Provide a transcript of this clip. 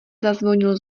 zazvonil